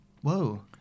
whoa